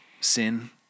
sin